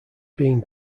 being